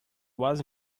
was